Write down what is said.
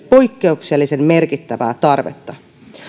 poikkeuksellisen merkittävää tarvetta